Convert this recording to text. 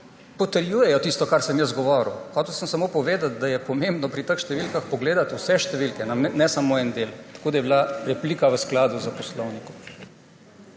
potrjujejo tisto, kar sem jaz govoril. Hotel sem samo povedati, da je pomembno pri teh številkah pogledati vse številke, ne samo en del. Tako da je bila replika v skladu s poslovnikom.